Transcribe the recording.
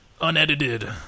unedited